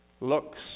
looks